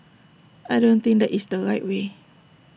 I don't think that is the right way